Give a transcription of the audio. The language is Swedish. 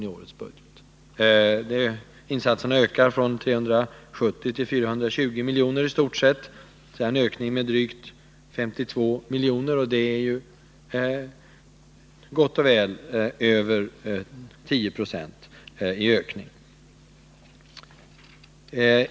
Kostnaderna för dessa insatser ökar i stort sett från 370 milj.kr. till 420 milj.kr. — en ökning med drygt 52 miljoner, alltså med drygt 142.